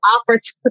opportunity